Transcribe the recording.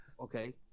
Okay